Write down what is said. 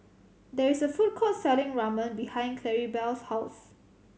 there is a food court selling Ramen behind Claribel's house